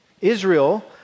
Israel